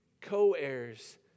Co-heirs